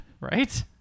Right